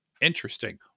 Interesting